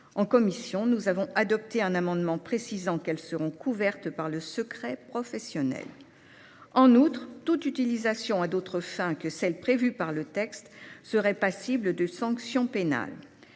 En commission, nous avons adopté un amendement tendant à préciser qu'elles seront couvertes par le secret professionnel. En outre, toute utilisation à d'autres fins que celles prévues dans le texte serait passible de sanctions pénales.